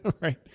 Right